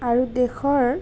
আৰু দেশৰ